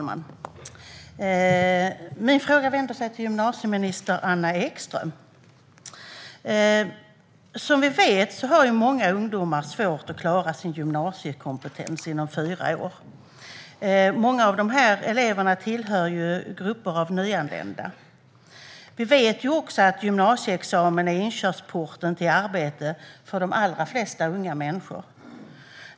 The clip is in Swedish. Herr talman! Jag vänder mig till gymnasieminister Anna Ekström med min fråga. Som vi vet har många ungdomar svårt att klara av att nå sin gymnasiekompetens inom fyra år. Många av de eleverna tillhör gruppen nyanlända. Vi vet också att gymnasieexamen är inkörsporten till arbete för de allra flesta unga.